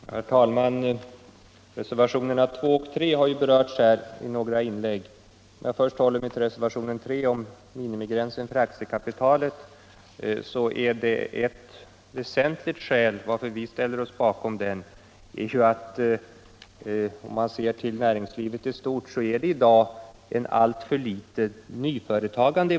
Herr talman! Reservationerna 2 och 3 har berörts här i några inlägg. Om jag först håller mig till reservationen 3 rörande minimigräns för aktiekapital så är ett väsentligt skäl till att vi ställt oss bakom reservationen att det inom näringslivet som helhet i dag är för litet nyföretagande.